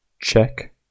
Check